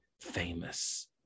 famous